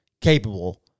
capable